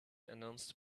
announced